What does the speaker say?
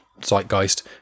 zeitgeist